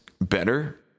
better